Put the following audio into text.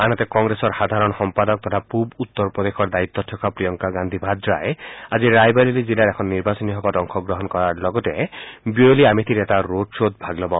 আনহাতে কংগ্ৰেছৰ সাধাৰণ সম্পাদক তথা পুৱ উত্তৰ প্ৰদেশৰ দায়িত্বত থকা প্ৰিয়ংকা গান্ধীয়ে ভাদ্ৰাই আজি ৰায়বৰেলি জিলাৰ এখন নিৰ্বাচনী সভাত অংশগ্ৰহণ কৰাৰ লগতে বিয়লি আমেথিত এটা ৰোড খৰ নেত়ত্ব দিব